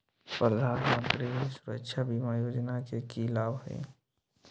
प्रधानमंत्री सुरक्षा बीमा योजना के की लाभ हई?